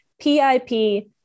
PIP